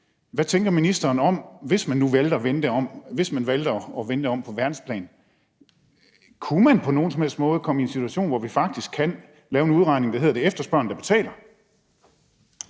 at vende det om, altså hvis man nu valgte at vende det om på verdensplan: Kunne man på nogen som helst måde komme i en situation, hvor vi faktisk kan lave en udregning, der hedder, at det er efterspørgeren, der betaler?